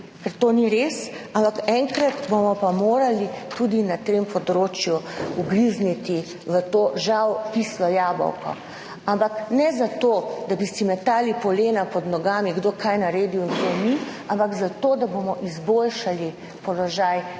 to ni res. Ampak enkrat bomo pa morali tudi na tem področju ugrizniti v to, žal, kislo jabolko, ampak ne zato, da bi si metali polena pod nogami, kdo je kaj naredil in česa ni, ampak zato, da bomo izboljšali položaj